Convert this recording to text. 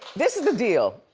this is the deal.